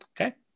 Okay